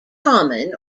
common